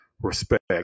respect